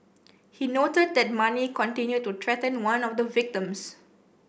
he noted that Mani continued to threaten one of the victims